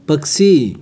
पकसी